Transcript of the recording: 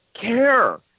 care